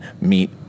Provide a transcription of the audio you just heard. meet